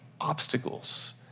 obstacles